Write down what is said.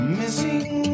missing